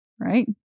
Right